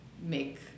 make